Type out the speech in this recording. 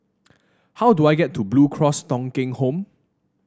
how do I get to Blue Cross Thong Kheng Home